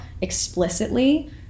explicitly